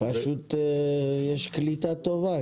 פשוט יש קליטה טובה.